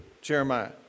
Jeremiah